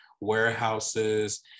warehouses